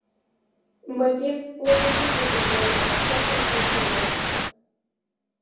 matyt labai džiaugiasi turėdamas tokią puikią uošvę